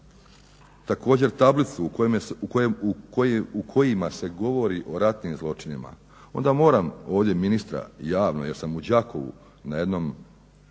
također tablicu u kojima se govori o ratnim zločinima onda moram ovdje ministra javno jer sam u Đakovu na jednom